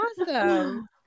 awesome